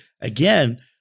again